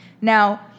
Now